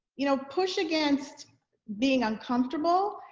you know push against being uncomfortable,